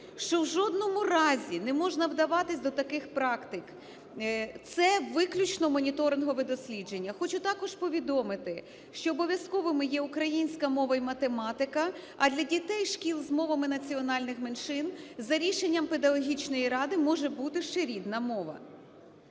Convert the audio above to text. що в жодному разі не можна вдаватися до таких практик, це виключно моніторингове дослідження. Хочу також повідомити, що обов'язковими є українська мова і математика, а для дітей шкіл з мовами національних меншин за рішенням педагогічної ради може бути ще рідна мова.